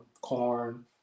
corn